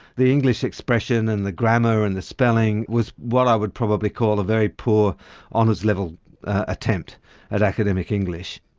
the english expression, and the grammar and the spelling, was what i would probably call a very poor honours level attempt at academic english.